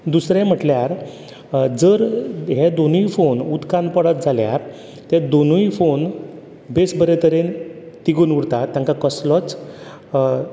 दुसरें म्हटल्यार जर हे दोनूय फोन उदकान पडत जाल्यार ते दोनूय फोन बेस बरे तरेन तिगून उरता तांकां कसलोच